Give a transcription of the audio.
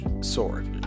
Sword